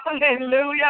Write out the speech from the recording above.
hallelujah